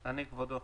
אני, כבודו.